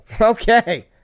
Okay